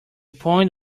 point